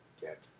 get